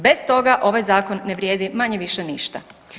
Bez toga ovaj Zakon ne vrijedi, manje-više ništa.